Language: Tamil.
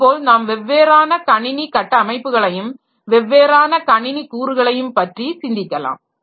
இதுபோல நாம் வெவ்வேறான கணினி கட்டமைப்புகளையும் வெவ்வேறான கணினி கூறுகளையும் பற்றி சிந்திக்கலாம்